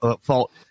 fault